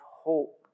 hope